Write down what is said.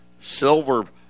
Silver